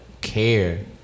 care